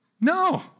No